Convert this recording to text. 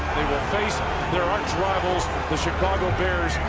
face their arch rivals the chicago bears,